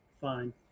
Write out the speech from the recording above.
fine